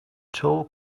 tall